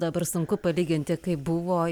dabar sunku palyginti kaip buvo